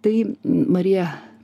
tai marija